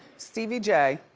stevie j